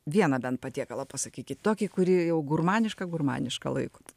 vieną bent patiekalą pasakykit tokį kurį jau gurmanišką gurmanišką laikot